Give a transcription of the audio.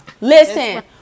listen